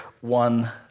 one